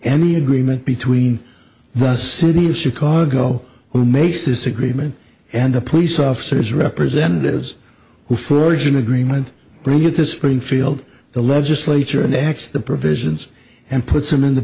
any agreement between the city of chicago who makes this agreement and the police officers representatives who furries an agreement bring it to springfield the legislature and acts the provisions and puts them in the